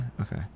Okay